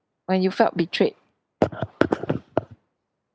when you felt betrayed